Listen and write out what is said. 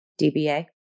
DBA